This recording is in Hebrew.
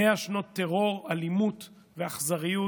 100 שנות טרור, אלימות ואכזריות,